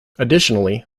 additionally